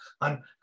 on